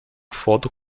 foto